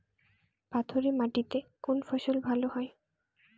পাথরে মাটিতে কোন ফসল ভালো হয়?